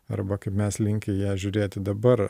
arba kaip mes linkę į ją žiūrėti dabar